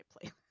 play